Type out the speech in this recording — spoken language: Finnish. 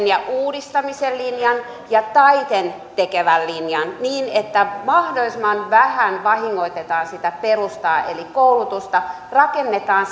ja uudistamisen linjan ja taiten tekevän linjan niin että mahdollisimman vähän vahingoitetaan sitä perustaa eli koulutusta ja rakennetaan